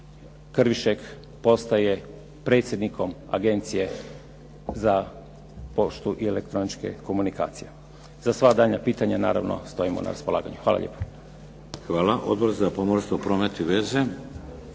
Krvišek postaje predsjednikom Agencije za poštu i elektroničke komunikacije. Za sva daljnja pitanja naravno stojimo na raspolaganju. Hvala lijepo. **Šeks, Vladimir (HDZ)** Hvala. Odbor za pomorstvo, promet i veze,